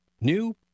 New